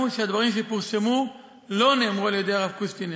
שהדברים שפורסמו לא נאמרו על-ידי הרב קוסטינר.